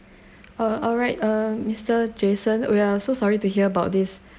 uh alright uh mr jason we're so sorry to hear about this